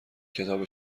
کتاب